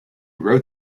wrote